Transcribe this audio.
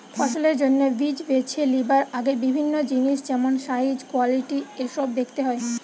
ফসলের জন্যে বীজ বেছে লিবার আগে বিভিন্ন জিনিস যেমন সাইজ, কোয়ালিটি এসোব দেখতে হয়